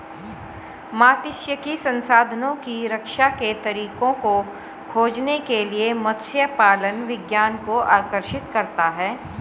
मात्स्यिकी संसाधनों की रक्षा के तरीकों को खोजने के लिए मत्स्य पालन विज्ञान को आकर्षित करता है